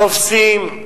תופסים.